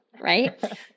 right